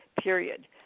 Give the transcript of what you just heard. period